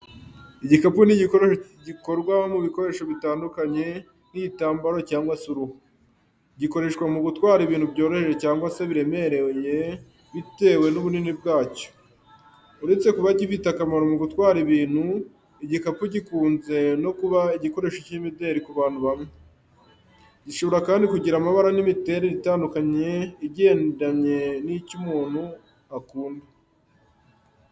Igikapu ni igikoresho gikorwa mu bikoresho bitandukanye nk'igitambaro cyangwa se uruhu. Gikoreshwa mu gutwara ibintu byoroheje cyangwa biremereye bitewe n’ubunini bwacyo. Uretse kuba gifite akamaro mu gutwara ibintu, igikapu gikunze no kuba igikoresho cy’imideri ku bantu bamwe, gishobora kandi kugira amabara n’imiterere itandukanye igendanye n’icyo umuntu akunda.